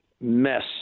mess